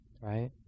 right